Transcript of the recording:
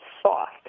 soft